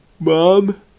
Mom